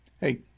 Hey